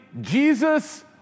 Jesus